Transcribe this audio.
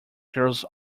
girls